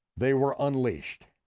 they were unleashed.